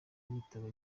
yitaba